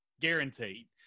guaranteed